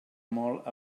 molt